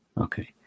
Okay